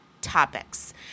topics